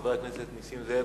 חבר הכנסת נסים זאב,